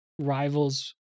rivals